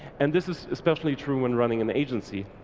and this is especially true when running an agency.